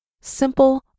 Simple